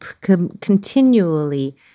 continually